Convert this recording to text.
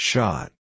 Shot